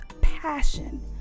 passion